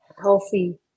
healthy